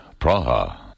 Praha